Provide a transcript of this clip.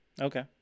Okay